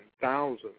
thousands